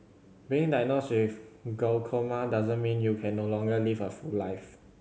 being diagnosed with glaucoma doesn't mean you can no longer live a full life